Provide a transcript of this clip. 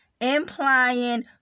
implying